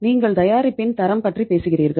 நீங்கள் தயாரிப்பின் தரம் பற்றி பேசுகிறீர்கள்